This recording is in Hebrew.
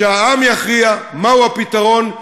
שהעם יכריע מהו הפתרון,